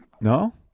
no